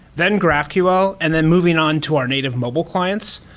then graphql, and then moving on to our native mobile clients.